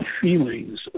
feelings